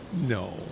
no